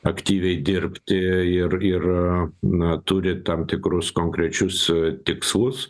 aktyviai dirbti ir ir na turi tam tikrus konkrečius tikslus